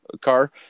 car